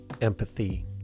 empathy